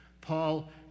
Paul